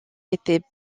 était